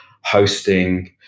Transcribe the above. hosting